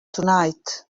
tonight